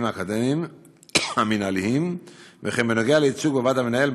האקדמאים והמינהליים וכן בנוגע לייצוג בוועד המנהל,